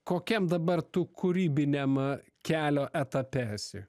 kokiam dabar tu kūrybiniam kelio etape esi